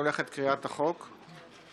עד אז לא באה דרישה מחבר כנסת שהכנסת תבטל אותה,